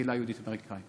הקהילה היהודית האמריקנית.